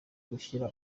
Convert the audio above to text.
gushyira